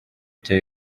cya